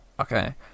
Okay